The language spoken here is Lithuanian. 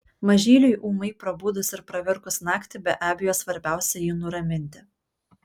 mažyliui ūmai prabudus ir pravirkus naktį be abejo svarbiausia jį nuraminti